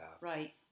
Right